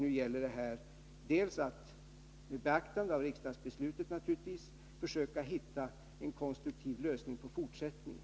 Nu gäller det att — naturligtvis med beaktande av riksdagsbeslutet —- försöka hitta en konstruktiv lösning för fortsättningen.